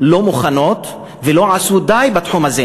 לא מוכנות ולא עשו די בתחום הזה,